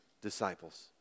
disciples